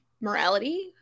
morality